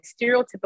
stereotypical